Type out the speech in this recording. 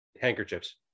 Handkerchiefs